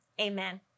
amen